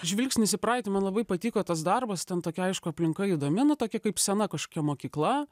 žvilgsnis į praeitį man labai patiko tas darbas ten tokia aišku aplinka įdomi nu tokia kaip sena kažkokia mokykla